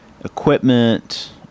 equipment